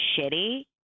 shitty